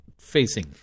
Facing